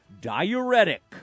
diuretic